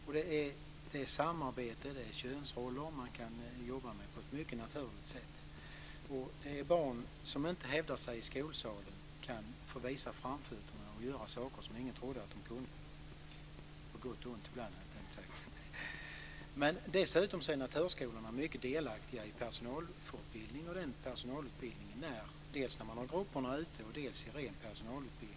Man kan jobba med samarbete och könsroller på ett mycket naturligt sätt. De barn som inte hävdar sig i skolsalen kan få visa framfötterna och göra saker som ingen trodde att de kunde - på gott och ont ibland tänkte jag säga. Dessutom är naturskolorna mycket delaktiga i fortbildning av personalen dels när man har grupperna ute, dels i ren personalutbildning.